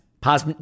Pause